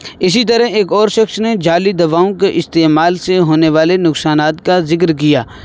اسی طرح ایک اور شخص نے جعلی دواؤں کے استعمال سے ہونے والے نقصانات کا ذکر کیا